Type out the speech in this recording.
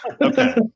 Okay